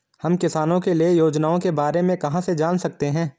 हम किसानों के लिए योजनाओं के बारे में कहाँ से जान सकते हैं?